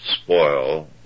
spoil